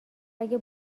اگه